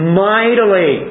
mightily